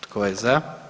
Tko je za?